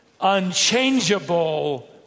unchangeable